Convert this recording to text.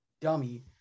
dummy